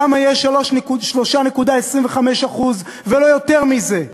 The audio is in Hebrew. למה יש 3.25% ולא יותר מזה,